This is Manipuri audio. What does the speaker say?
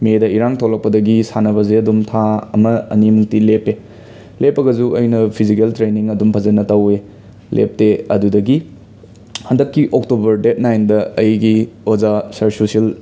ꯃꯦꯗ ꯏꯔꯥꯡ ꯊꯣꯛꯂꯛꯄꯗꯒꯤ ꯁꯥꯟꯅꯕꯖꯦ ꯑꯗꯨꯝ ꯊꯥ ꯑꯃ ꯑꯅꯤꯃꯨꯛꯇꯤ ꯂꯦꯞꯄꯦ ꯂꯦꯞꯄꯒꯁꯨ ꯑꯩꯅ ꯐꯤꯖꯤꯀꯦꯜ ꯇ꯭ꯔꯦꯅꯤꯡ ꯑꯗꯨꯝ ꯐꯖꯅ ꯇꯧꯏ ꯂꯦꯞꯇꯦ ꯑꯗꯨꯗꯒꯤ ꯍꯟꯗꯛꯀꯤ ꯑꯣꯛꯇꯣꯕꯔ ꯗꯦꯠ ꯅꯥꯏꯟꯗ ꯑꯩꯒꯤ ꯑꯣꯖꯥ ꯁꯥꯔ ꯁꯨꯁꯤꯜ